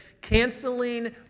canceling